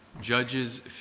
Judges